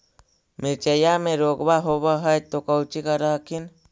मिर्चया मे रोग्बा होब है तो कौची कर हखिन?